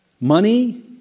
Money